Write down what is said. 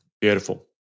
Beautiful